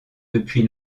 depuis